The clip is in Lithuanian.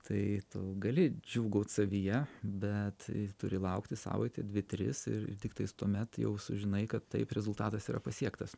tai tu gali džiūgaut savyje bet turi laukti savaitę dvi tris ir tiktais tuomet jau sužinai kad taip rezultatas yra pasiektas